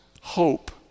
hope